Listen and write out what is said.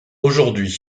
aujourd’hui